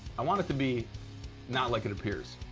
i want it to be not like it appears.